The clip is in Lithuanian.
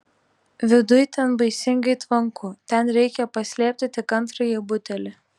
viduj ten baisingai tvanku ten reikia paslėpti tik antrąjį butelį